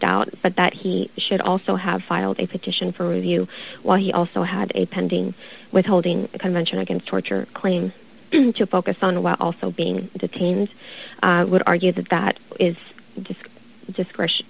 doubt but that he should also have filed a petition for review while he also had a pending withholding convention against torture claims to focus on while also being detained i would argue that that is just discretion